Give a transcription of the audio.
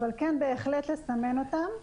אבל כן בהחלט לסמן אותם,